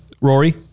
Rory